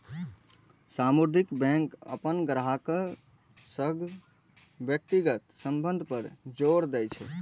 सामुदायिक बैंक अपन ग्राहकक संग व्यक्तिगत संबंध पर जोर दै छै